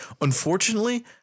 Unfortunately